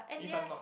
if I'm not